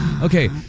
Okay